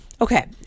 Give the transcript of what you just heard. Okay